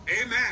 Amen